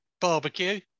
barbecue